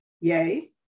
Yay